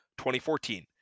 2014